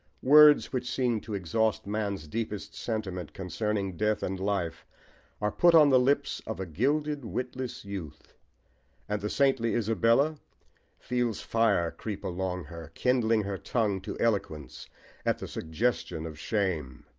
words which seem to exhaust man's deepest sentiment concerning death and life are put on the lips of a gilded, witless youth and the saintly isabella feels fire creep along her, kindling her tongue to eloquence at the suggestion of shame.